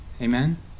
Amen